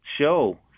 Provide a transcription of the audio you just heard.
show